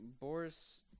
Boris